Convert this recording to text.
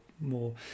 more